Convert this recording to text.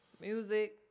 music